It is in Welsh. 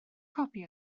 copi